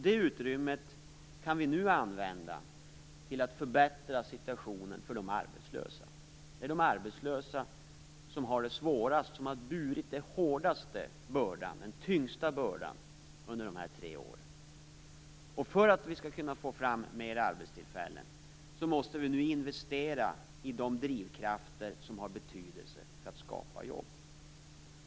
Det utrymmet kan vi nu använda till att förbättra situationen för de arbetslösa. Det är de arbetslösa som har det svårast och som har burit den tyngsta bördan under dessa tre år. För att vi skall kunna få fram fler arbetstillfällen måste vi nu investera i de drivkrafter som har betydelse för att skapa jobb.